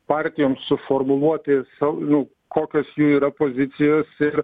partijoms suformuluoti sa nu kokios jų yra pozicijos ir